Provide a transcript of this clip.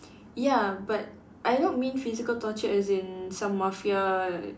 ya but I don't mean physical torture as in some mafia